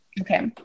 Okay